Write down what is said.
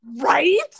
Right